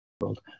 world